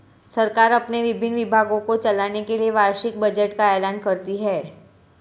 सरकार अपने विभिन्न विभागों को चलाने के लिए वार्षिक बजट का ऐलान करती है